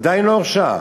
עדיין לא הורשע.